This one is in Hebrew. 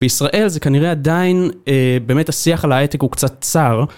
בישראל זה כנראה עדיין באמת השיח על ההייטק הוא קצת צר.